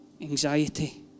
anxiety